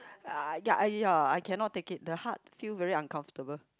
uh ya I ya I cannot take it the heart feel very uncomfortable